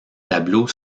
tableaux